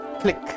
click